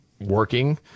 working